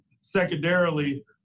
secondarily